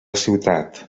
ciutat